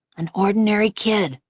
an ordinary kid.